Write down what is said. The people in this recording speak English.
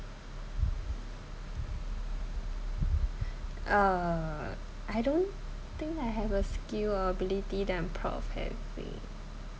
uh I don't think I have a skill or ability that I'm proud of having